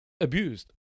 abused